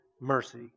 mercy